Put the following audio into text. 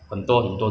oh